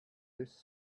this